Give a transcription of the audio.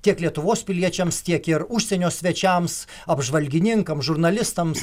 tiek lietuvos piliečiams tiek ir užsienio svečiams apžvalgininkam žurnalistams